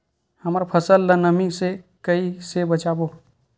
हमर फसल ल नमी से क ई से बचाबो?